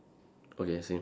okay same